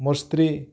ମୋର୍ ସ୍ତ୍ରୀ